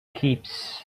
keeps